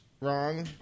wrong